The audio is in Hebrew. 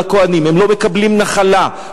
על הכוהנים: הם לא מקבלים נחלה.